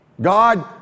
God